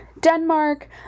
Denmark